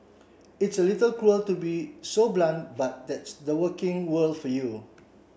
it's a little cruel to be so blunt but that's the working world for you